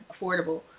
affordable